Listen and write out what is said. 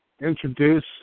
introduce